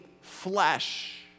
flesh